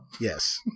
Yes